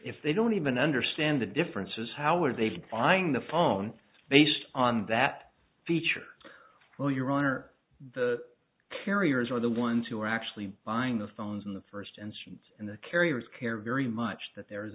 if they don't even understand the differences how would they find the phone based on that feature well your honor the carriers are the ones who are actually buying the phones in the first instance and the carriers care very much that there is